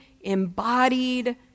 embodied